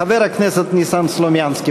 חבר הכנסת ניסן סלומינסקי.